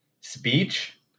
speech